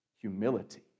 humility